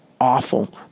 awful